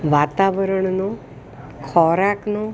વાતાવરણનો ખોરાકનો